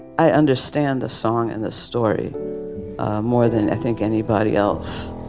i understand the song and the story more than i think anybody else